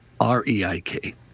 R-E-I-K